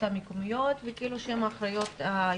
המקומיות כאילו שהן האחראיות העיקריות.